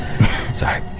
Sorry